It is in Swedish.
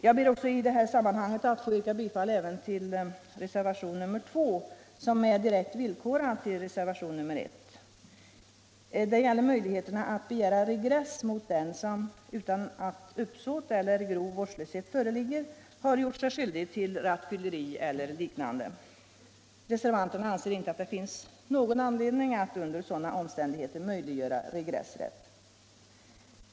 Jag ber i detta sammanhang att få yrka bifall även till reservationen 2, som är direkt villkorad till reservationen 1. Det gäller möjligheterna att begära regress mot den som, utan att uppsåt eller grov vårdslöshet föreligger, har gjort sig skyldig till rattfylleri eller liknande förseelse. Reservanterna anser inte att det finns någon anledning att under sådana omständigheter möjliggöra regressrätt.